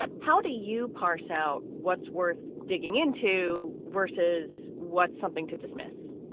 how do you pass out what's worth digging into versus what's something to dismiss?